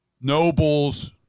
nobles